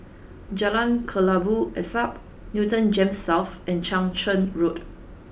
Jalan Kelabu Asap Newton Gems South and Chang Charn Road